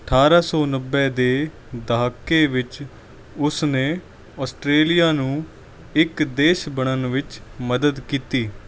ਅਠਾਰਾਂ ਸੌ ਨੱਬੇ ਦੇ ਦਹਾਕੇ ਵਿੱਚ ਉਸ ਨੇ ਆਸਟਰੇਲੀਆ ਨੂੰ ਇੱਕ ਦੇਸ਼ ਬਣਨ ਵਿੱਚ ਮਦਦ ਕੀਤੀ